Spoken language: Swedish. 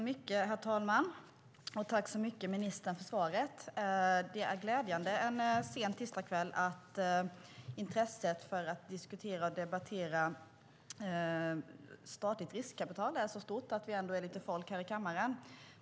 Herr talman! Jag tackar ministern för svaret. Det är glädjande att intresset för att diskutera och debattera statligt riskkapital är så stort en tisdagskväll att det ändå är lite folk här i kammaren.